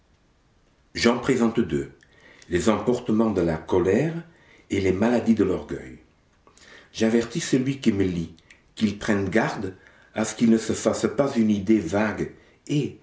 j'en présente deux les emportements de la colère et les maladies de l'orgueil j'avertis celui qui me lit qu'il prenne garde à ce qu'il ne se fasse pas une idée vague et